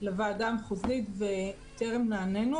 לוועדה המחוזית, וטרם נענינו.